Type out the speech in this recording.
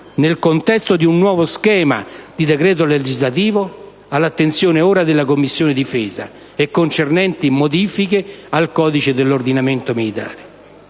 nel contesto di un nuovo schema di decreto legislativo all'attenzione ora della Commissione difesa e concernente modifiche al codice dell'ordinamento militare.